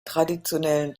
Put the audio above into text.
traditionellen